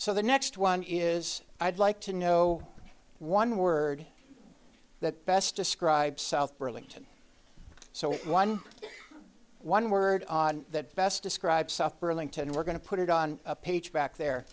so the next one is i'd like to know one word that best describes south burlington so one one word that best describes south burlington we're going to put it on a page back